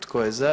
Tko je za?